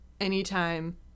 anytime